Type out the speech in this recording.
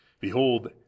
behold